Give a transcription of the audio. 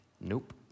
Nope